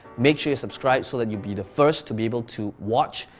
make sure you subscribe so that you'll be the first to be able to watch,